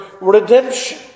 redemption